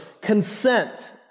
consent